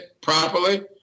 properly